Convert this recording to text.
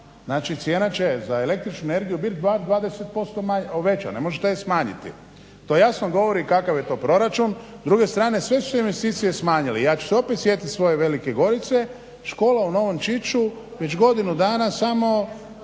Znači cijena će za električnu energiju bit barem 20% veća, ne možete ju smanjiti. To jasno govori kakav je to proračun. S druge strane sve su se investicije smanjile. Ja ću se opet sjetiti svoje Velike Gorice, škola u Novom Čiču već godinu dana samo